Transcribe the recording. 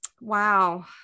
Wow